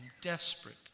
desperate